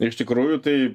iš tikrųjų tai